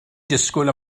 disgwyl